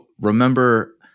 remember